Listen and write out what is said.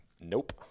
Nope